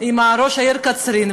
ראש העיר קצרין,